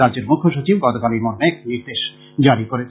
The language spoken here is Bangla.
রাজ্যের মুখ্য সচিব গতকাল এই মর্মে এক নির্দেশ জারী করেছেন